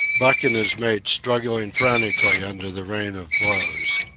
buck and his mates struggling frantically under the rain of blows.